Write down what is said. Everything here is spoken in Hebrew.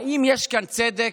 האם יש כאן צדק?